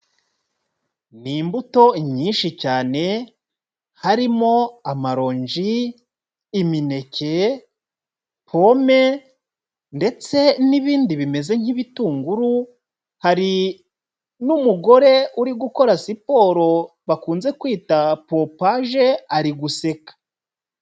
Ni imbuto nyinshi cyane, harimo amarongi, imineke, pome ndetse n'ibindi bimeze nk'ibitunguru, hari n'umugore uri gukora siporo bakunze kwita pompaje, ari guseka.